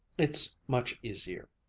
it's much easier.